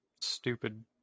stupid